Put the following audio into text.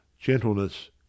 gentleness